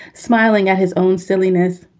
smiling at his own silliness.